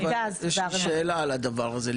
יש לי שאלה על הדבר הזה.